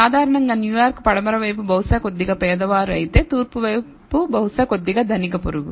సాధారణంగా న్యూయార్క్ పడమర వైపు బహుశా కొద్దిగా పేదవారు అయితే తూర్పు వైపు బహుశా కొద్దిగా ధనిక పొరుగు